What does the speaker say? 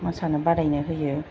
मोसानो बादायनो होयो